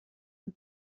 een